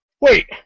Wait